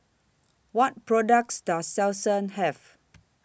What products Does Selsun Have